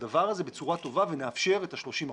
הדבר הזה בצורה טובה ונאפשר את ה-30 אחוזים.